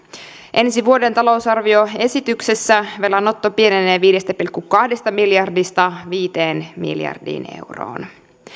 ensi vuoden talousarvioesityksessä velanotto pienenee viidestä pilkku kahdesta miljardista viiteen miljardiin euroon